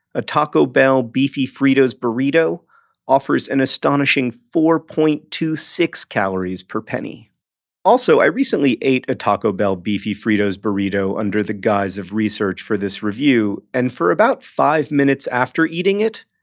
a taco bell beefy fritos burrito offers an astonishing four point two six calories per penny also, i recently ate a taco bell beefy fritos burrito under the guise of research for this review and for about five minutes after eating it,